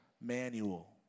manual